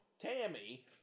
Tammy